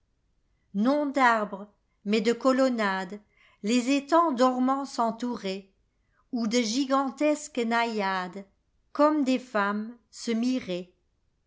non d arbres mais de colonnadesles étanirs dormants s'entouraient où de gigantesques naïades comme des femmes se miraient